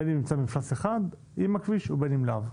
בין אם נמצא במפלס אחד עם הכביש ובין אם לאו.